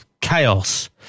chaos